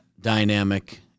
dynamic